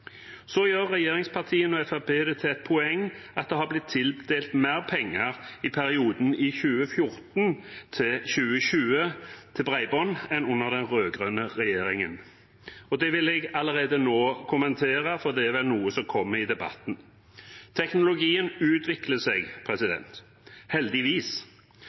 Så gjør regjeringspartiene og Fremskrittspartiet det til et poeng at det har blitt tildelt mer penger til bredbånd i perioden 2014–2020 enn under den rød-grønne regjeringen. Det vil jeg allerede nå kommentere, for det er vel noe som kommer i debatten. Teknologien utvikler seg – heldigvis